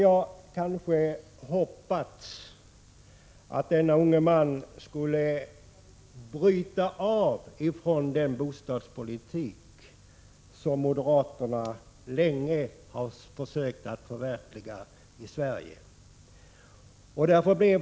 Jag hade hoppats att denne unge man skulle bryta av från den bostadspolitik som moderaterna länge har försökt att förverkliga i Sverige.